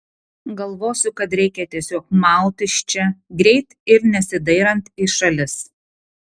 galvosiu kad reikia tiesiog maut iš čia greit ir nesidairant į šalis